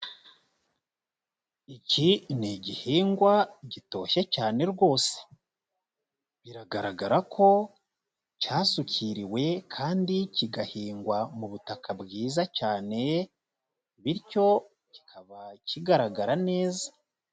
Iki ni igihingwa gitoshye cyane rwose, biragaragara ko cyasukiriwe kandi kigahingwa mu butaka bwiza cyane bityo kikaba kigaragara neza.